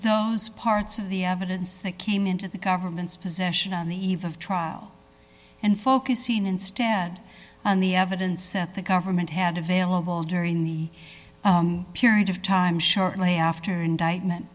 those parts of the evidence that came into the government's position on the eve of trial and focusing instead on the evidence that the government had available during the period of time shortly after indictment